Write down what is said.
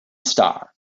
star